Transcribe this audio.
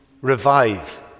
revive